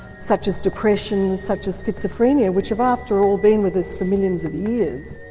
such as depression, such as schizophrenia which have after all been with us for millions of years.